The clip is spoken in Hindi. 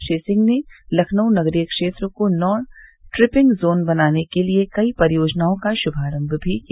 श्री सिंह ने लखनऊ नगरीय क्षेत्र को नो ट्रिपिंग ज़ोन बनाने के लिये कई परियोजनाओं का शुभारम्भ भी किया